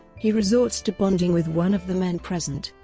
he resorts to bonding with one of the men present,